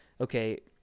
okay